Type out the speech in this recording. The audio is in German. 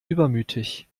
übermütig